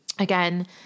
Again